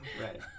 Right